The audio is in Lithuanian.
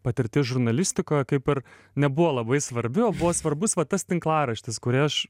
patirtis žurnalistikoje kaip ar nebuvo labai svarbi o buvo svarbus va tas tinklaraštis kurį aš